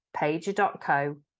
pager.co